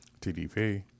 TDP